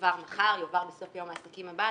יועבר מחר, יועבר בסוף יום עסקים הבא.